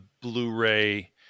Blu-ray